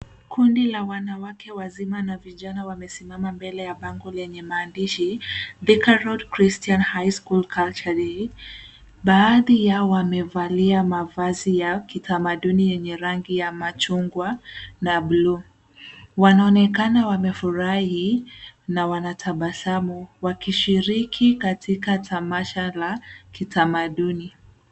Kundi la wanawake wazima na vijana wamesimama mbele ya bango lenye maandishi thika road christian high school culture day . Baadhi yao wamevalia mavazi ya kitamaduni yenye rangi ya machungwa na blue . Wanaonekana wamefurahi na wanatabasamu wakishiriki katika tamasha la kitamaduni.